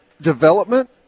development